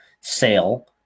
sale